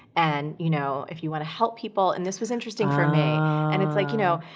and, you know, if you want to help people, and this was interesting for me. and it's like, you know,